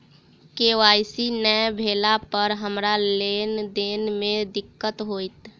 KYC नै भेला पर हमरा लेन देन मे दिक्कत होइत?